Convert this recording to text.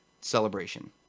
Celebration